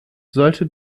sollte